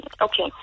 okay